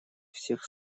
всех